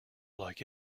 like